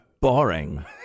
boring